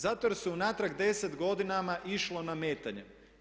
Zato jer je unatrag 10 godina išlo nametanje.